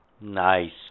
Nice